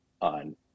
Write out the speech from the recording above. on